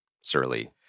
surly